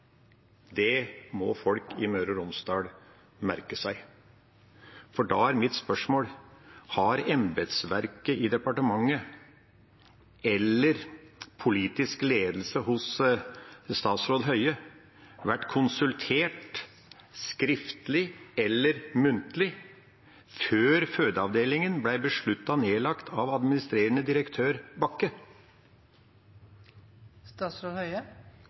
Det må folk i Møre og Romsdal merke seg. For da er mitt spørsmål: Har embetsverket i departementet eller politisk ledelse hos statsråd Høie vært konsultert skriftlig, eller muntlig, før fødeavdelingen ble besluttet nedlagt av administrerende direktør